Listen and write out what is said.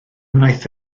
wnaeth